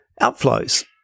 outflows